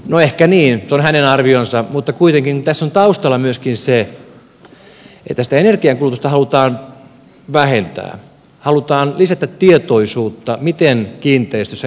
no ehkä niin se on hänen arvionsa mutta kuitenkin tässä on taustalla myöskin se että sitä energiankulutusta halutaan vähentää halutaan lisätä tietoisuutta miten kiinteistössä energiankulutusta vähennetään